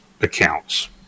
accounts